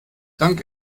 dank